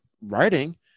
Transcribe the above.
writing –